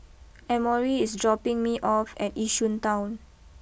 Emory is dropping me off at Yishun Town